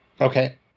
Okay